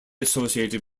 associated